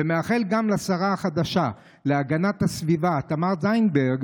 ומאחל גם לשרה החדשה להגנת הסביבה תמר זנדברג